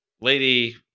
lady